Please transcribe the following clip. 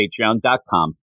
patreon.com